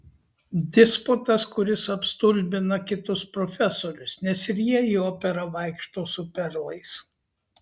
disputas kuris apstulbina kitus profesorius nes ir jie į operą vaikšto su perlais